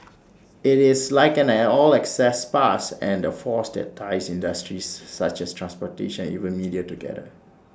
IT is like an 'all access pass' and the force that ties industries such as transportation even media together